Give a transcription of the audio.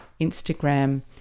Instagram